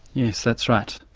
yes, that's right.